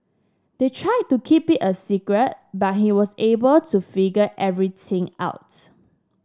they tried to keep it a secret but he was able to figure everything out